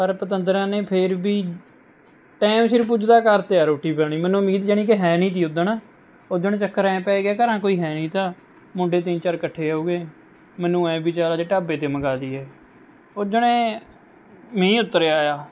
ਪਰ ਪਤੰਦਰਾਂ ਨੇ ਫਿਰ ਵੀ ਟਾਈਮ ਸਿਰ ਪੁੱਜਦਾ ਕਰ ਤਿਆ ਰੋਟੀ ਪਾਣੀ ਮੈਨੂੰ ਉਮੀਦ ਜਾਣੀ ਕਿ ਹੈ ਨਹੀਂ ਤੀ ਉੱਦਣ ਉੱਦਣ ਚੱਕਰ ਐਂ ਪੈ ਗਿਆ ਘਰਾਂ ਕੋਈ ਹੈ ਨਹੀਂ ਤਾ ਮੁੰਡੇ ਤਿੰਨ ਚਾਰ ਇਕੱਠੇ ਹੋ ਗਏ ਮੈਨੂੰ ਐਂ ਬਈ ਚੱਲ ਅੱਜ ਢਾਬੇ ਤੋਂ ਮੰਗਵਾ ਲਈਏ ਉੱਦਣ ਹੀ ਮੀਂਹ ਉੱਤਰ ਆਇਆ